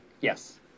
Yes